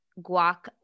guac